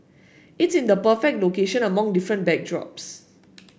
it's in the perfect location among different backdrops